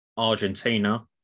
Argentina